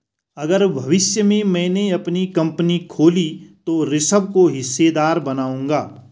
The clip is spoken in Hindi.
अगर भविष्य में मैने अपनी कंपनी खोली तो ऋषभ को हिस्सेदार बनाऊंगा